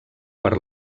per